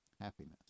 Happiness